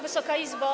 Wysoka Izbo!